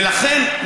ולכן,